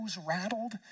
rattled